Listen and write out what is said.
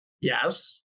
Yes